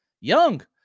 Young